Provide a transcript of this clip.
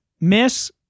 Miss